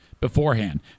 beforehand